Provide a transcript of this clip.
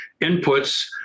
inputs